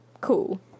cool